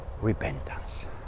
repentance